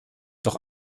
doch